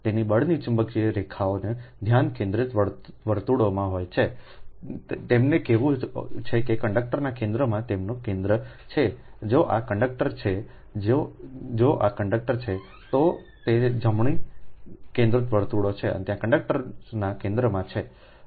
તેથી બળની ચુંબકીય રેખાઓ ધ્યાન કેન્દ્રિત વર્તુળોમાં હોય છે તેમનું કહેવું છે કે કંડક્ટરના કેન્દ્રમાં તેમના કેન્દ્રો છે જો આ કન્ડક્ટર છે જો આ કન્ડક્ટર છે તો તે જમણા કેન્દ્રિત વર્તુળો છે અને ત્યાં કંડકટર્સના કેન્દ્રમાં છે